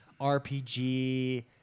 RPG